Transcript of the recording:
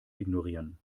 ignorieren